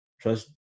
trust